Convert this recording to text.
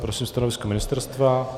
Prosím stanovisko ministerstva.